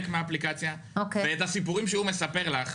מהאפליקציה ואת הסיפורים שהוא מספר לך,